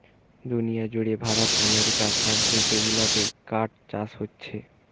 দুনিয়া জুড়ে ভারত আমেরিকা সব দেশ গুলাতে কাঠ চাষ হোচ্ছে